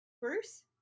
Bruce